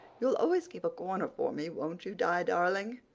you'll always keep a corner for me, won't you, di darling?